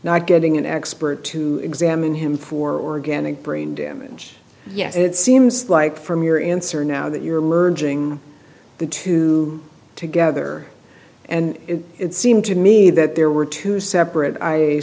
not getting an expert to examine him for organic brain damage yes it seems like from your answer now that you're learning the two together and it seemed to me that there were two separate i